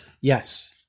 Yes